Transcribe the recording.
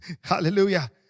Hallelujah